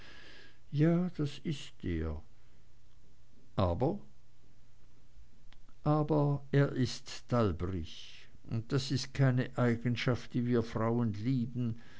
ja das ist er aber aber er ist dalbrig und das ist keine eigenschaft die wir frauen lieben